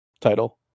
title